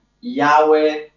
Yahweh